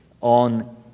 on